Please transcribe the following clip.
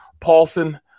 Paulson